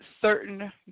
certain